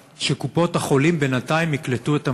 שקופות-החולים בינתיים יקלטו את המבוטחים,